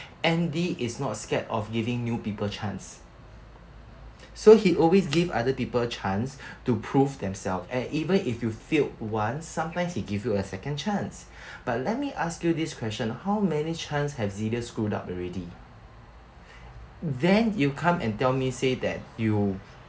andy is not scared of giving new people chance so he always give other people chance to prove themselves and even if you failed once sometimes he give you a second chance but let me ask you this question how many chance have xenia screwed up already then you come and tell me say that you